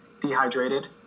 dehydrated